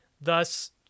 thus